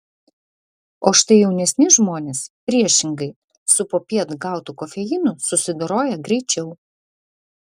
o štai jaunesni žmonės priešingai su popiet gautu kofeinu susidoroja greičiau